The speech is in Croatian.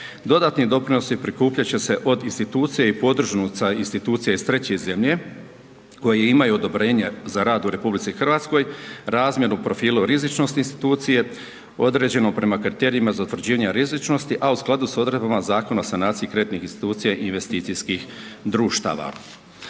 Dodatni doprinosi prikupljat će se od institucija i podružnica institucija iz treće zemlje koje imaju odobrenje za rad u RH, razmjeru profilu rizičnosti institucije, određeno prema kriterijima za utvrđivanje rizičnosti, a u skladu s odredbama Zakona o sanaciji kreditnih institucija i investicijskih društava.